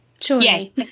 surely